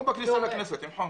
כמו בכניסה לכנסת, עם חום.